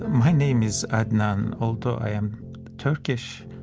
my name is adnan. although i am turkish,